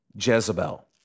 Jezebel